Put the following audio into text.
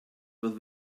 with